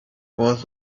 was